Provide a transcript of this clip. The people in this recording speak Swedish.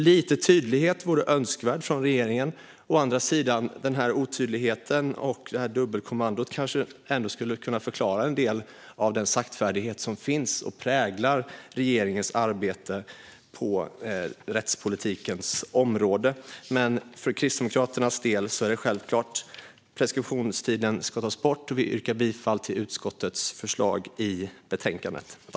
Lite tydlighet vore önskvärd från regeringen, men otryggheten och dubbelkommandot kanske ändå kan förklara en del av den saktfärdighet som finns och som präglar regeringen arbete på rättspolitikens område. För Kristdemokraternas del är det självklart: Preskriptionstiden ska tas bort. Vi yrkar bifall till utskottets förslag i betänkandet.